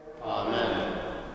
Amen